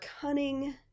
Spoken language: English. cunning